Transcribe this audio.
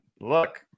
look